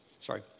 Sorry